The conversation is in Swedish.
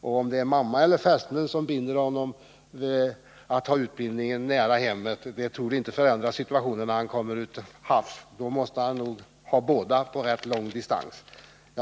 Om det sedan är mamman eller fästmön som binder den som skall utbilda sig så att han vill ha utbildningen förlagd nära hemmet tror vi inte har någon betydelse, eftersom han när han sedan kommer ut till havs ändå måste ha rätt lång distans till båda.